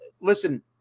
listen